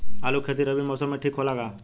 आलू के खेती रबी मौसम में ठीक होला का?